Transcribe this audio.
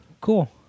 Cool